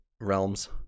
realms